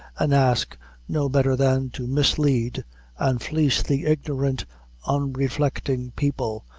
and ask no better than to mislead and fleece the ignorant unreflecting people,